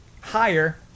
higher